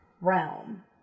realm